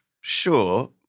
sure